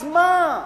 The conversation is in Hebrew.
אז מה,